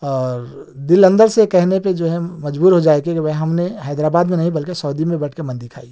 اور دل اندر سے کہنے پہ جو ہے مجبور ہو جائے کہ کہ بھائی ہم نے حیدر آباد میں نہیں بلکہ سعودی میں بیٹھ کے مندی کھائی ہے